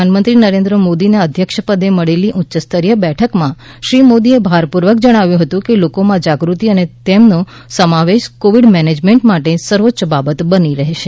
પ્રધાનમંત્રી નરેન્દ્ર મોદીના અધ્યક્ષપદે મળેલી ઉચ્યસ્તરીય બેઠકમાં શ્રી મોદીએ ભારપૂર્વક જણાવ્યું હતું કે લોકોમાં જાગૃતિ અને તેમનો સમાવેશ કોવિડ મેનેજમેન્ટ માટે સર્વોચ્ય બાબત બની રહેશે